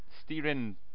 steering